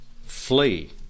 Flee